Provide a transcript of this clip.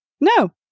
No